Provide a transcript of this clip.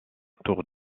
tour